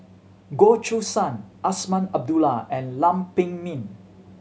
Goh Choo San Azman Abdullah and Lam Pin Min